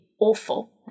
awful